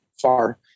far